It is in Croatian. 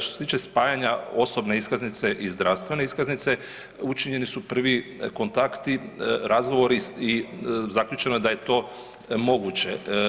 Što se tiče spajanja osobne iskaznice i zdravstvene iskaznice, učinjeni su prvi kontakti, razgovori i zaključeno je da je to moguće.